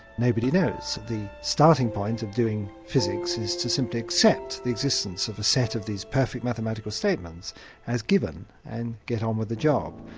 nobody knows. the starting point of doing physics is to simply accept the existence of a set of these perfect mathematical statements as given and get on with the job.